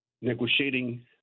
negotiating